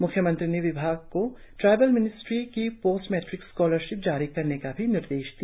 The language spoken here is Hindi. म्ख्यमंत्री ने विभाग को ट्राईबल मिनिस्ट्री की पोस्ट मेट्रिक स्कॉलरशिप जारी करने का भी निर्देश दिया